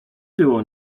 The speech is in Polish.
było